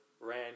ran